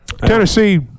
Tennessee